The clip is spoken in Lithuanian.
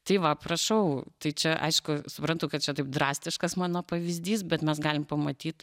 tai va prašau tai čia aišku suprantu kad čia taip drastiškas mano pavyzdys bet mes galim pamatyt